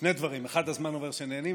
שני דברים: 1. הזמן עובר כשנהנים,